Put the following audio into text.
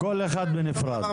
כל אחד בנפרד.